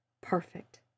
perfect